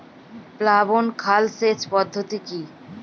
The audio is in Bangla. প্লাবন খাল সেচ পদ্ধতি কি?